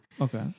Okay